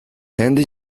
andy